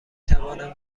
توانم